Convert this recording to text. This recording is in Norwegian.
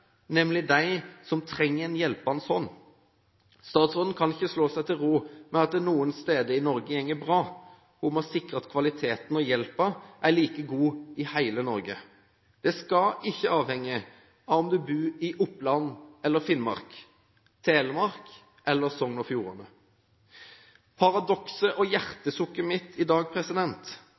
nemlig de som trenger en hjelpende hånd. Statsråden kan ikke slå seg til ro med at det noen steder i Norge går bra – hun må sikre at kvaliteten og hjelpen er like god i hele Norge. Det skal ikke avhenge av om du bor i Oppland eller Finnmark, Telemark eller Sogn og Fjordane. Paradokset, og hjertesukket mitt, er at jeg opplever at bransjen i dag